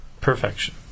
Perfection